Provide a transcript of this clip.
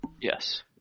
Yes